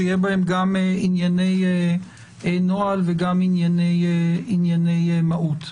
שיהיה בהן גם ענייני נוהל וגם ענייני מהות.